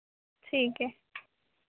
ठीक है